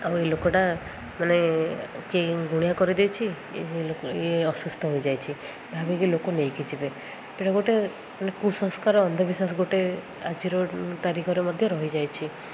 ଆଉ ଏ ଲୋକଟା ମାନେ କେହି ଗୁଣିଆ କରିଦେଇଛିି ଲ ଇଏ ଅସୁସ୍ଥ ହୋଇଯାଇଛି ଭାବିକି ଲୋକ ନେଇକି ଯିବେ ଏଇଟା ଗୋଟେ ମାନେ କୁସଂସ୍କାର ଅନ୍ଧବିଶ୍ୱାସ ଗୋଟେ ଆଜିର ତାରିଖରେ ମଧ୍ୟ ରହିଯାଇଛି